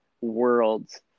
worlds